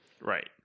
Right